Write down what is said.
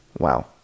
Wow